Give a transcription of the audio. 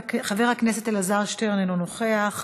חבר הכנסת אלעזר שטרן, אינו נוכח,